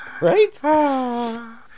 Right